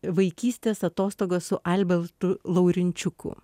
vaikystės atostogos su albertu laurinčiuku